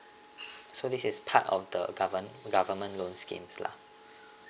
so this is part of the govern~ government loans schemes lah